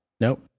Nope